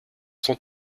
son